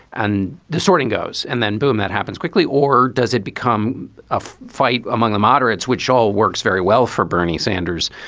and the sorting goes and then boom, that happens quickly, or does it become a fight among the moderates, which all works very well for bernie sanders,